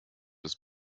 des